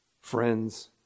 friends